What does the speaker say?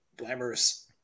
glamorous